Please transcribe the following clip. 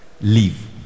leave